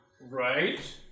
Right